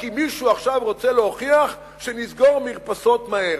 כי מישהו עכשיו רוצה להוכיח שנסגור מרפסות מהר.